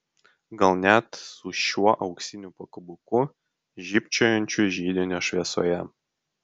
gal net su šiuo auksiniu pakabuku žybčiojančiu židinio šviesoje